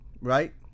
right